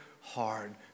hard